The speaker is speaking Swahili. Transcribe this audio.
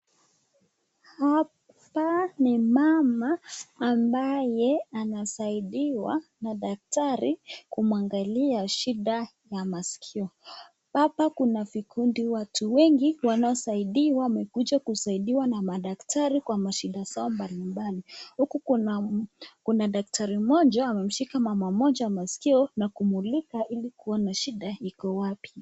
Hapa ni mama ambaye anasaidiwa na daktari kumuangalia shida ya masikio. Hapa kuna vikundi. Watu wengi wanaosaidiwa, wamekuja kusaidiwa na madaktari kwa mashida zao mbali mbali. Huku kuna daktari mmoja amemshika mama moja masikio na kumulika ili kuona shida iko wapi.